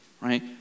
right